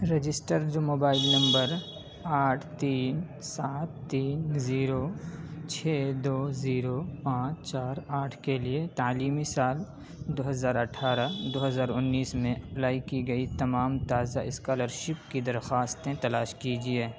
register جو mobile number آٹھ تین سات تین زیرو چھ دو زیرو پانچ چار آٹھ کے لیے تعلیمی سال دو ہزار اٹھارہ دو ہزار انیس میں اپلائی کی گئی تمام تازہ اسکالرشپ کی درخواستیں تلاش کیجیے